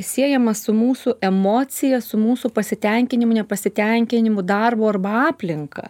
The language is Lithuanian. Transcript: siejamas su mūsų emocija su mūsų pasitenkinimu nepasitenkinimu darbu arba aplinka